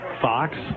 Fox